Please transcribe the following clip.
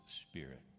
spirit